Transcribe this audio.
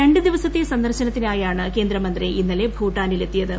രണ്ടു ദിവസത്തെ സന്ദർശനത്തിനായാണ് കേന്ദ്രമന്ത്രി ഇന്നലെ ഭൂട്ടാനിലെത്തിയത്